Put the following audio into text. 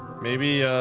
maybe